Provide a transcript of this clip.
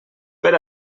per